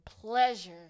pleasure